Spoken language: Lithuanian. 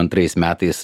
antrais metais